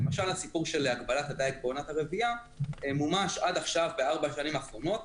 למשל הסיפור של הגבלת הדייג בעונת הרבייה מומש בארבע השנים האחרונות